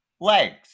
legs